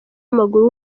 w’amaguru